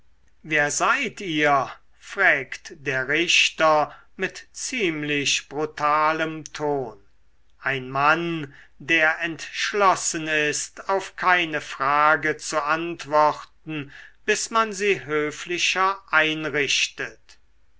wer seid ihr frägt der richter mit ziemlich brutalem ton ein mann der entschlossen ist auf keine frage zu antworten bis man sie höflicher einrichtet